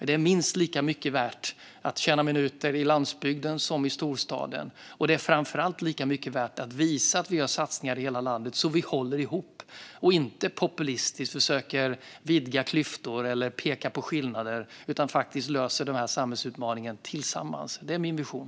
Det är minst lika mycket värt att tjäna minuter på landsbygden som i storstaden, och det är framför allt mycket värt att visa att vi gör satsningar i hela landet, så att vi håller ihop och inte populistiskt försöker vidga klyftor eller peka på skillnader utan löser den här samhällsutmaningen tillsammans. Det är min vision.